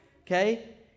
okay